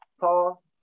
Paul